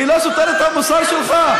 היא לא סותרת את המוסר שלך,